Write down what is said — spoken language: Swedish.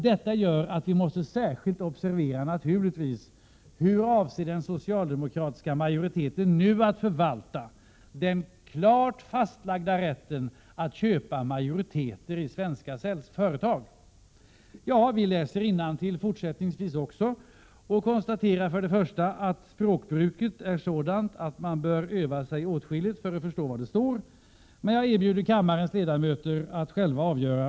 Detta gör att vi naturligtvis särskilt måste observera hur den socialdemokratiska majoriteten nu avser att förvalta den klart fastlagda rätten att köpa majoriteter i svenska företag. För att få ett besked kan jag fortsätta att läsa innantill i betänkandet. Men jag vill först och främst konstatera att språkbruket i detta avseende är sådant att man bör öva sig åtskilligt för att förstå vad det står. Jag erbjuder kammarens ledamöter att själva avgöra.